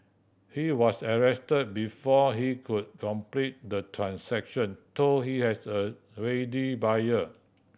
he was arrested before he could complete the transaction though he had a ready buyer